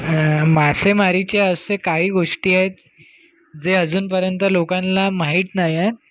मासेमारीचे असे काही गोष्टी आहेत जे अजूनपर्यंत लोकांना माहीत नाही आहे